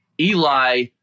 Eli